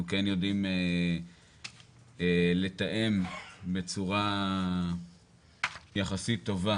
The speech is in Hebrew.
אנחנו כן יודעים לתאם בצורה יחסית טובה